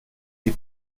die